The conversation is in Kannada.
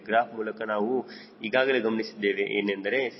ಗ್ರಾಫ್ ಮೂಲಕ ನಾವು ಈಗಾಗಲೇ ಗಮನಿಸಿದ್ದೇವೆ ಏನೆಂದರೆ CLtrim ನಾನು 0